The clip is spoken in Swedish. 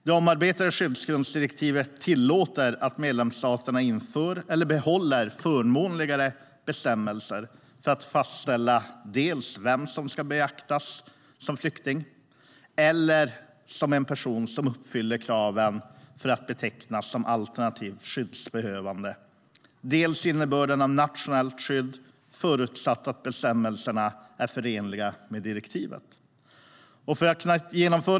Det omarbetade skyddsgrundsdirektivet tillåter att medlemsstaterna inför eller behåller förmånligare bestämmelser för att fastställa dels vem som ska betraktas som flykting eller som en person som uppfyller kraven för att betecknas som alternativt skyddsbehövande, dels innebörden av internationellt skydd, förutsatt att bestämmelserna är förenliga med direktivet.